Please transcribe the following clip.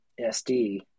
SD